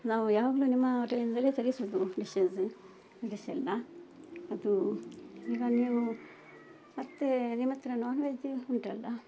ನಾವು ಯಾವಾಗಲೂ ನಿಮ್ಮ ಹೋಟೆಲಿಂದಲೇ ತರಿಸುವುದು ಡಿಶಸ್ ಡಿಶಸೆಲ್ಲ ಅದು ಈಗ ನೀವು ಮತ್ತೆ ನಿಮ್ಮ ಹತ್ರ ನಾನ್ ವೆಜ್ ಉಂಟಲ್ಲ